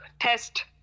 test